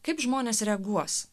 kaip žmonės reaguos